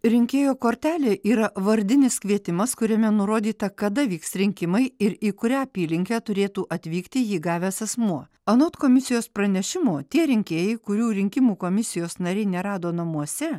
rinkėjo kortelė yra vardinis kvietimas kuriame nurodyta kada vyks rinkimai ir į kurią apylinkę turėtų atvykti jį gavęs asmuo anot komisijos pranešimo tie rinkėjai kurių rinkimų komisijos nariai nerado namuose